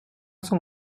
cent